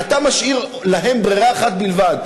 אתה משאיר להם ברירה אחת בלבד,